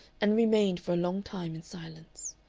and remained for a long time in silence.